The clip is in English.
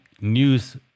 news